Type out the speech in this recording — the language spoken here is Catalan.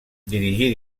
dirigí